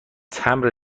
تمبر